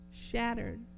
shattered